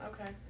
Okay